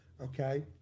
okay